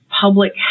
public